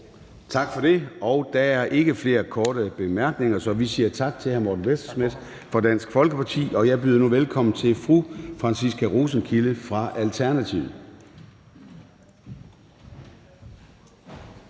Tak for det. Der er ikke flere korte bemærkninger. Så vi siger tak til hr. Morten Messerschmidt fra Dansk Folkeparti. Jeg byder nu velkommen til fru Franciska Rosenkilde fra Alternativet.